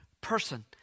person